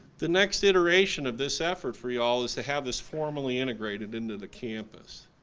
the next iteration of this effort for you all is to have this formally integrated into the campus.